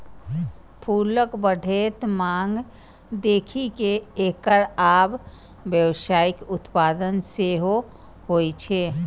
फूलक बढ़ैत मांग देखि कें एकर आब व्यावसायिक उत्पादन सेहो होइ छै